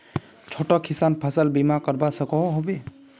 छोटो किसान फसल बीमा करवा सकोहो होबे?